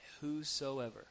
whosoever